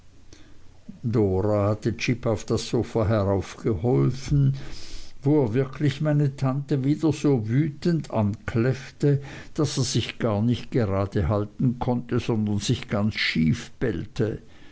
dora hatte jip auf das sofa heraufgeholfen wo er wirklich meine tante wieder so wütend ankläffte daß er sich gar nicht gerade halten konnte sondern sich ganz schief bellte